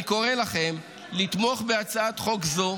אני קורא לכם לתמוך בהצעת חוק זו,